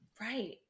Right